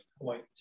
point